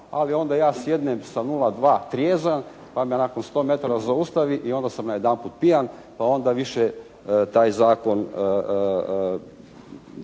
ali onda ja sjednem sa 0,2 trijezan pa me nakon 100 metara zaustavi i onda sam najedanput pijan pa onda više taj zakon